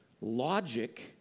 logic